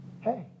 Hey